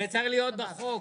זה צריך להיות בחוק.